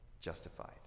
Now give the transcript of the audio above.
justified